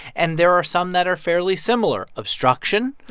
and there are some that are fairly similar obstruction.